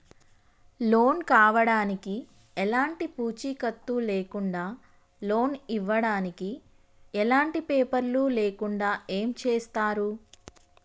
Loan కావడానికి ఎలాంటి పూచీకత్తు లేకుండా లోన్ ఇవ్వడానికి ఎలాంటి పేపర్లు లేకుండా ఏం చేస్తారు?